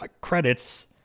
credits